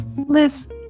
Liz